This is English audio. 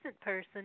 person